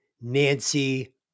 Nancy